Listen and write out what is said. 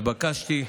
נתבקשתי.